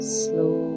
slow